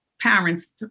parents